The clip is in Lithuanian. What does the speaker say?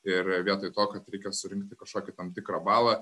ir vietoj to kad reikia surinkti kažkokį tam tikrą balą